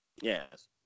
Yes